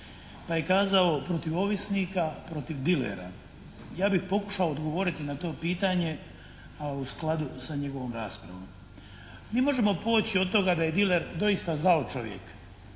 Pa je kazao protiv ovisnika, protiv dilera. Ja bih pokušao odgovoriti na to pitanje, a u skladu sa njegovom raspravom. Mi možemo poći od toga da je diler doista zao čovjek